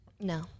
No